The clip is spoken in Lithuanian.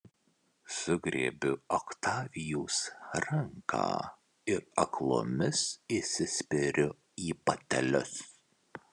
sugriebiu oktavijos ranką ir aklomis įsispiriu į batelius